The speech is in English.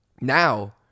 Now